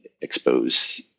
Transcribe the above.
expose